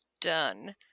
Done